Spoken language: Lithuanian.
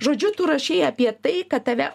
žodžiu tu rašei apie tai kad tave